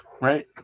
Right